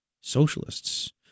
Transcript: Socialists